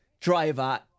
driver